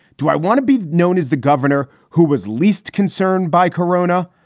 do i want to be known as the governor who was least concerned by corona?